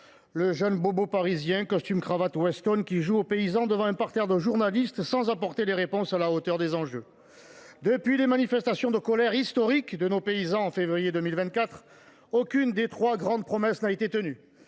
ce jeune « bobo » parisien en costume cravate et chaussures Weston qui joue au paysan devant un parterre de journalistes sans apporter de réponses à la hauteur des enjeux. Depuis les manifestations de colère historiques de nos paysans en février 2024, aucune des trois grandes promesses n’a été tenue.